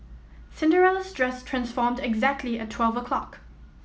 Cinderella's dress transformed exactly at twelve o'clock